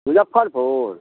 Muzaffarpur